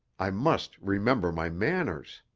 i must remember my manners!